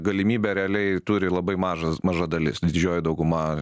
galimybę realiai turi labai mažas maža dalis nes didžioji dauguma